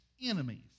enemies